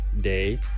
Day